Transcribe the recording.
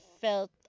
felt